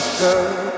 girl